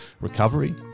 recovery